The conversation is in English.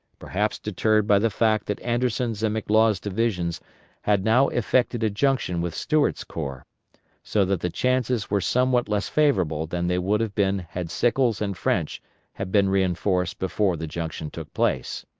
perhaps deterred by the fact that anderson's and mclaws' divisions had now effected a junction with stuart's corps so that the chances were somewhat less favorable than they would have been had sickles and french had been reinforced before the junction took place.